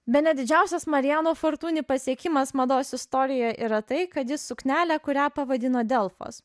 bene didžiausias marijano fortuni pasiekimas mados istorijoje yra tai kad jis suknelę kurią pavadino delfos